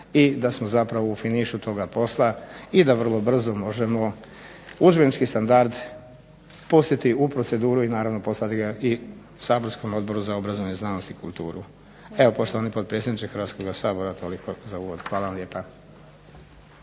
i da smo zapravo u finišu toga posla i da vrlo brzo možemo udžbenički standard pustiti u proceduru i poslati ga Saborskom odboru za obrazovanje, znanost i kulturu. Evo poštovani potpredsjedniče Hrvatskoga sabora, toliko za uvod. Hvala vam lijepa.